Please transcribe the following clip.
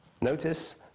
Notice